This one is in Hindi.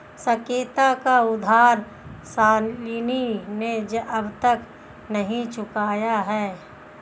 साकेत का उधार शालिनी ने अब तक नहीं चुकाया है